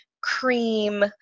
cream